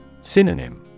Synonym